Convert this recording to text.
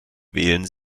wählen